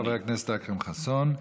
תודה לחבר הכנסת אכרם חסון.